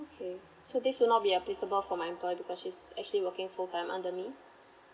okay so this will not be applicable for my employee because she's actually working full time under me